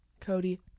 Cody